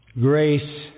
grace